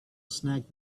snagged